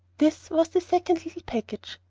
this was the second little package.